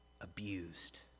abused